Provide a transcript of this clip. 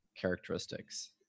characteristics